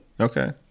okay